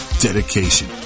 Dedication